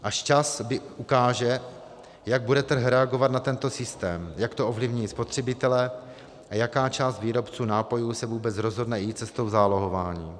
Až čas ukáže, jak bude trh reagovat na tento systém, jak to ovlivní spotřebitele a jaká část výrobců nápojů se vůbec rozhodne jít cestou zálohování.